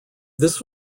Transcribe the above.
this